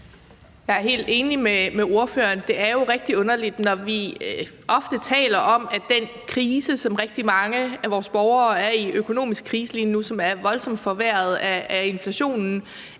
Jeg er helt enig med ordføreren. Det er jo rigtig underligt, at man ikke, når vi ofte taler om den økonomiske krise, som rigtig mange af vores borgere er i lige nu, og som er voldsomt forværret af inflationen,